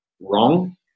wrong